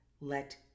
let